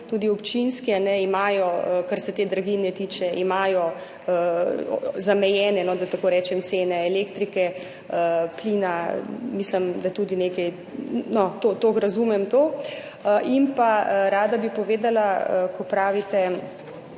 tudi občinski imajo, kar se te draginje tiče, imajo zamejene, da tako rečem, cene elektrike, plina, mislim, da tudi nekaj … No, toliko razumem to. In pa rada bi povedala, ko pravite,